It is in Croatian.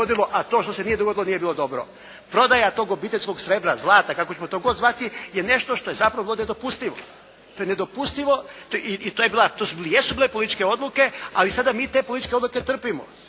a to što se nije dogodilo nije bilo dobro. Prodaja tog obiteljskog srebra, zlata kako ćemo god to zvati je nešto što je zapravo bilo nedopustivo. To je nedopustivo i to jesu bile političke odluke, ali sada mi te političke odluke trpimo.